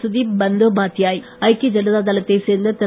சுதீப் பந்தோபாத்யாய் ஐக்கிய ஜனதா தளத்தைச் சேர்ந்த திரு